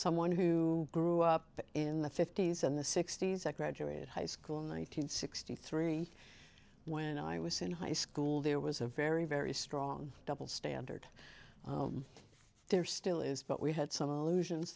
someone who grew up in the fifty's in the sixty's i graduated high school in one nine hundred sixty three when i was in high school there was a very very strong double standard there still is but we had some illusions